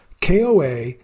KOA